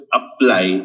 apply